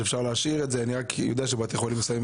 ההערכה היא לפחות 30 מיליון שקל לבתי חולים.